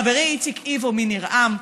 חברי איציק איבו מניר עם,